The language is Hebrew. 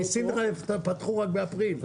בסין פתחו רק באפריל.